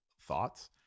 thoughts